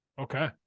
Okay